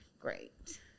Great